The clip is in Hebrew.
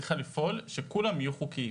אני חושב שהמדינה צריכה לפעול שכולם יהיו חוקיים,